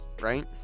right